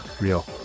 real